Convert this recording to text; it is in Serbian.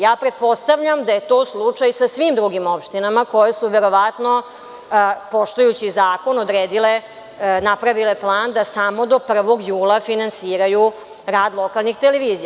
Ja pretpostavljam da je to slučaj sa svim drugim opštinama koje su verovatno, poštujući zakon, odredile, napravile plan da samo do 1. jula finansiraju rad lokalnih televizija.